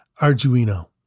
Arduino